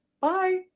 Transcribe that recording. Bye